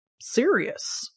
serious